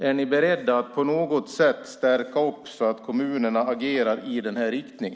Är ni beredda att på något sätt stärka detta så att kommunerna agerar i denna riktning?